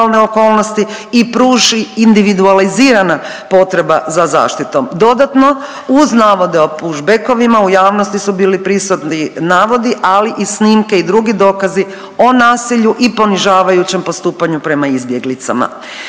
i pruži individualizirana potreba za zaštitom. Dodatno, uz navode o push-backovima u javnosti su bili prisutni navodi, ali i snimke i drugi dokazi o nasilju i ponižavajućem postupanju prema izbjeglicama.